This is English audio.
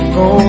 go